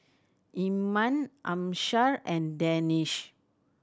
Iman Amsyar and Danish